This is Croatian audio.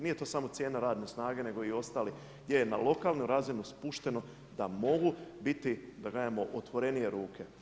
Nije to samo cijena radne snage, nego i ostali gdje je na lokalnu razinu spušteno da mogu biti da kažemo otvorenije ruke.